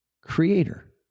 creator